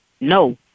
No